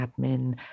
admin